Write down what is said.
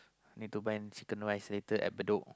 need to buy chicken rice later at Bedok